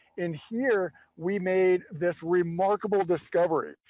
in here, we made this remarkable discovery.